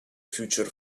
future